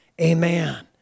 Amen